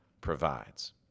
provides